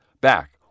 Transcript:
Back